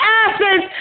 asses